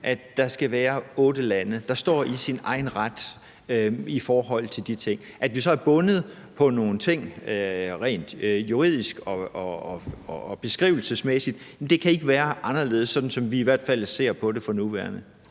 at der skal være otte lande, der står i sin egen ret i forhold til de ting. At vi så er bundet på nogle ting rent juridisk og beskrivelsesmæssigt, kan ikke være anderledes, sådan som vi ser på det for nuværende.